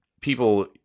people